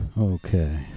Okay